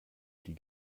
die